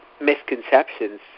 misconceptions